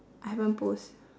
I haven't post